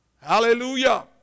Hallelujah